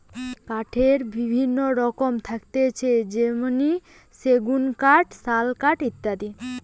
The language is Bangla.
কাঠের বিভিন্ন রকম থাকতিছে যেমনি সেগুন কাঠ, শাল কাঠ ইত্যাদি